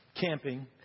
Camping